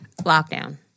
Lockdown